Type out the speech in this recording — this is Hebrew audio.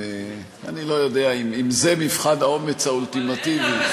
אני לא יודע אם זה מבחן האומץ האולטימטיבי,